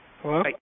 Hello